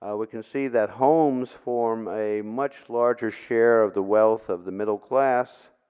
ah we can see that homes form a much larger share of the wealth of the middle class,